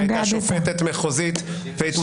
שהייתה שופטת מחוזית ומונתה לעליון.